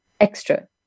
extra